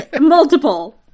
Multiple